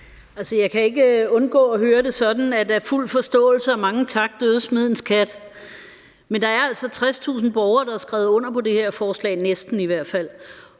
jeg kan ikke undgå at høre det sådan, at der er fuld forståelse – og af mange tak døde smedens kat. Men der er altså 60.000 borgere, næsten i hvert fald, der har skrevet under på det her forslag, og vi må